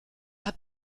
hat